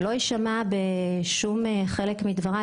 שלא יישמע בשום חלק מדבריי,